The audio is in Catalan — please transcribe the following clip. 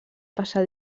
passar